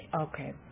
okay